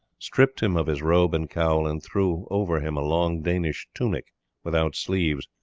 stripped him of his robe and cowl, and threw over him a long danish tunic without sleeves,